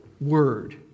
word